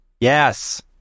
Yes